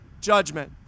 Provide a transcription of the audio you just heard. judgment